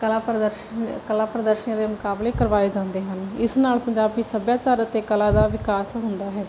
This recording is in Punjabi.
ਕਲਾ ਪ੍ਰਦਰਸ਼ਨੀ ਕਲਾ ਪ੍ਰਦਰਸ਼ਨੀਆਂ ਦੇ ਮੁਕਾਬਲੇ ਕਰਵਾਏ ਜਾਂਦੇ ਹਨ ਇਸ ਨਾਲ ਪੰਜਾਬੀ ਸੱਭਿਆਚਾਰ ਅਤੇ ਕਲਾ ਦਾ ਵਿਕਾਸ ਹੁੰਦਾ ਹੈ